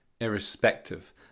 irrespective